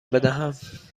بدهم